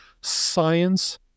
science